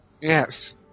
Yes